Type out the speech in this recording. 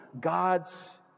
God's